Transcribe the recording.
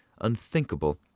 unthinkable